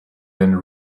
den